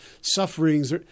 sufferings